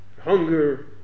hunger